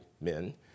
men